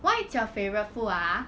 what is your favourite food ah